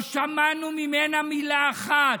לא שמענו ממנה מילה אחת.